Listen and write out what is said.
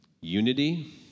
Unity